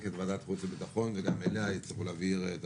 את ועדת חוץ וביטחון וגם אליה יצטרכו להעביר את